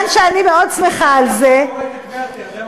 אני שמח שאת קוראת את ורטר, זה מה שאני שמח.